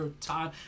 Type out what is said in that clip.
time